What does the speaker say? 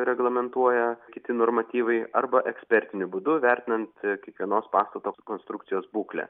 reglamentuoja kiti normatyvai arba ekspertiniu būdu vertinant kiekvienos pastato konstrukcijos būklę